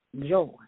joy